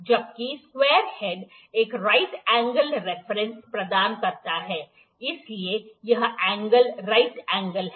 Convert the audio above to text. जबकि square head एक right angle reference प्रदान करता है इसलिए यह एंगल राइट एंगल है